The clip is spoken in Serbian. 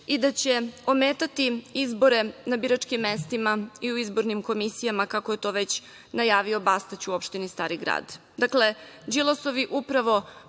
i da će ometati izbore na biračkim mestima i izbornim komisijama kako je to već najavio Bastać u opštini Stari Grad. Dakle, Đilasovi upravo